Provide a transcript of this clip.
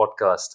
podcast